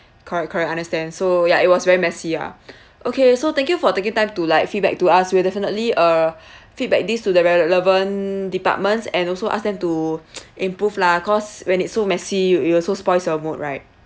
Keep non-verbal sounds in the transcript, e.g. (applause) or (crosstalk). correct correct understand so ya it was very messy ah okay so thank you for taking time to like feedback to us we'll definitely uh feedback these to the relevant departments and also ask them to (noise) improve lah cause when it's so messy it it also spoils your mood right